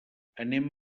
anem